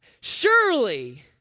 Surely